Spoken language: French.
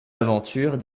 aventures